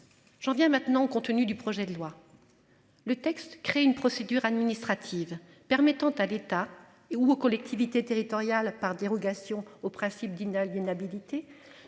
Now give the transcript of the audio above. J'en viens maintenant contenu du projet de loi. Le texte crée une procédure administrative permettant à l'État et ou aux collectivités territoriales. Par dérogation au principe d'inaliénabilité